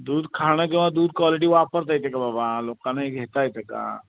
दूध खाणं किंवा दूध क्वालिटी वापरता येतं की बाबा लोकांना हे घेता येतं का